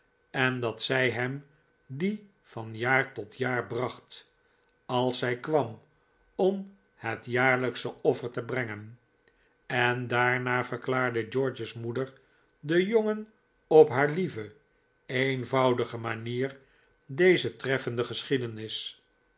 en dat zij hem dien van jaar tot jaar bracht als zij kwam om het jaarlijksche offer te brengen en daarna verklaarde george's moeder den jongen op haar lieve eenvoudige manier deze treffende geschiedenis